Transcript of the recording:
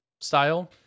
style